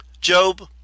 Job